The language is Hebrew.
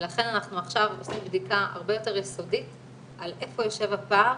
לכן אנחנו עכשיו עושים בדיקה הרבה יותר יסודית על איפה יושב הפער